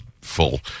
full